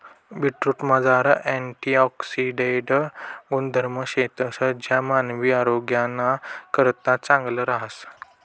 बीटरूटमझार अँटिऑक्सिडेंट गुणधर्म शेतंस ज्या मानवी आरोग्यनाकरता चांगलं रहास